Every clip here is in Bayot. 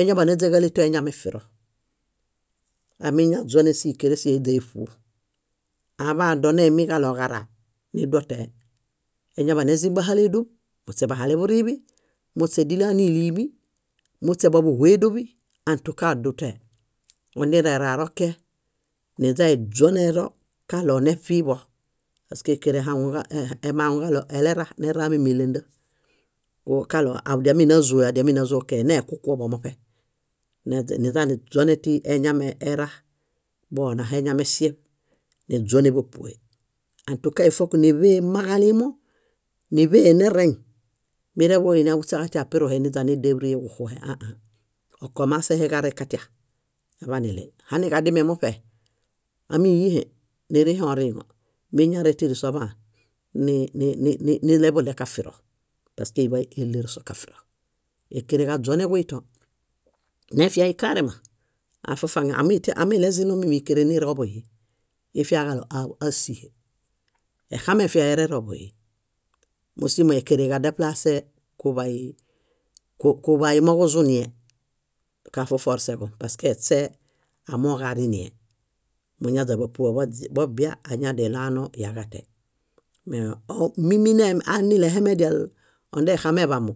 Eñaḃaneźaġaleṗ toeñamefiro. Amiñaźonen síkerẽsihiheźaeṗu. Aḃadoneimiġaɭoġaraa, niduotẽhe. Éñaḃanezĩbahaleedoṗ, muśebahaleḃuriiḃi, muśe dílianiliimi, muśe bobuhu édoḃi, ãtuka oduotẽhe. Ondineraroke, niźaiźonẽhero kaɭoneṗiḃo paske ékerẽ emaŋuġaɭo eleranera mímilenda ũ kaɭo ádiaminazoe, ádiaminazokee nekukuoḃomoṗe. Niźaniźonẽtieñamera boonaho eñameŝeṗ, níźonẽḃapue. Ãtuka ífoniḃee mmaġalimo, níḃenereŋ, mireḃuini áhuśaġatia apiruhe níźanidebieġuxuhe aã okomaseheġarẽġatia aḃaniɭey. Haniġadimemuṗe, ámiyiẽhe, nirĩheoriŋo, míñarẽtirisoḃaan ni- ni- ni- nileḃuɭekafiro paske iḃay éleer sokafiro. Ékerẽġaźonẽġuĩto, nefiai karema, aafafaŋi amitia amilezĩlõ mími íkereniroḃuhi. Ifiaġaɭo aab ásihe. Examefiai ereroḃuhi. Mósimo ékerẽġadeplasee kuḃay kuḃayumoġuzunie, kafoforseġom paske eśee amooġarinie muñaźaḃapuḃo boźi- bobia añadianiɭoanoo yaġate. Me õ- mími ne- anilehemedial ondexameḃamo,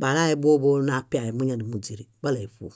balae bóoḃo napiae múñaḃanumuźiri bálaeṗu.